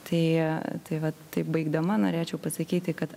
tai tai va taip baigdama norėčiau pasakyti kad